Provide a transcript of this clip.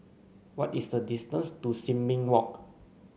what is the distance to Sin Ming Walk